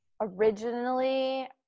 Originally